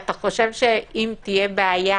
אתה חושב שאם תהיה בעיה